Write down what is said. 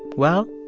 well,